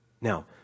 Now